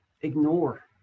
ignore